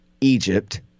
Egypt